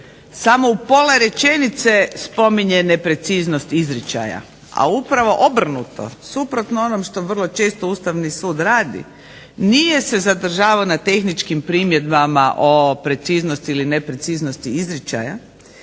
samo u pola rečenice spominje nepreciznost izričaja, a upravo obrnuto suprotno onom što vrlo često Ustavni sud radi nije se zadržavao na tehničkim primjedbama o preciznosti ili nepreciznosti izričaja